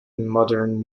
modern